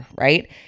right